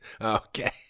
Okay